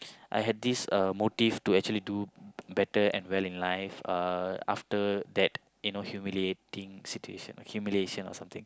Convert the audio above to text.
I had this uh motive to actually do better and well in life uh after that you know that humiliating situation humiliation or something